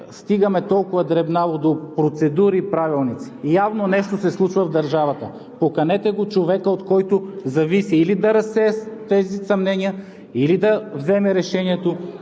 стигаме толкова дребнаво до процедури и правилници. Явно нещо се случва в държавата! Поканете го човека, от който зависи или да разсее тези съмнения, или да вземе решението.